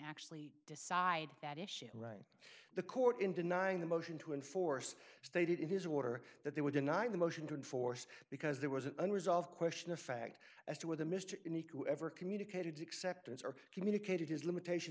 actually decide that issue right the court in denying the motion to enforce stated in his order that they were denied the motion to enforce because there was an unresolved question of fact as to whether mr inequal ever communicated to acceptance or communicated his limitation